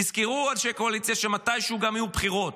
תזכרו, אנשי הקואליציה, שמתישהו גם יהיו בחירות,